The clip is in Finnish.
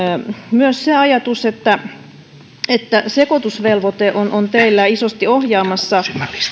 myös se ajatus että että sekoitusvelvoite on on teillä isosti ohjaamassa